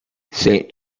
saint